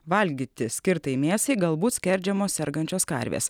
valgyti skirtai mėsai galbūt skerdžiamos sergančios karvės